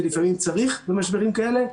ולפעמים צריך במשברים כאלה,